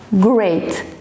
great